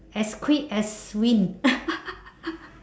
as quick as wind